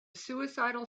suicidal